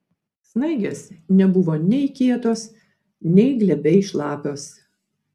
snaigės nebuvo nei kietos nei glebiai šlapios